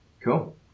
Cool